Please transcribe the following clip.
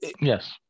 Yes